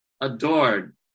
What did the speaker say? adored